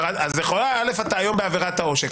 א', אתה היום בעבירת העושק.